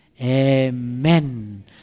Amen